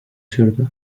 sürdü